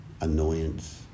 annoyance